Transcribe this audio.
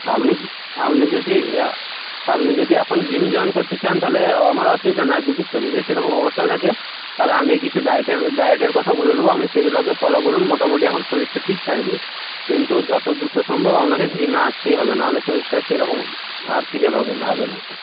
আপনি আপনি যদি আপনি যদি এখন জিম জয়েন করতে চান তাহলে আমার অসুবিধা নেই আর যদি শরীরের সেরকম অবস্থা থাকে তাহলে আমি কিছু ডায়েটের ডায়েটের কথা বলে দেবো আপনি সেগুলোকে ফলো করুন মোটামুটি এখন শরীরটা ঠিক থাকবে কিন্তু যত দ্রুত সম্ভব আপনাকে জিমে আসতেই হবে না হলে শরীরটা সেরকম আর ফিরে পাবেন না আগের মতো